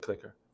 clicker